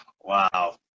wow